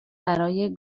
برای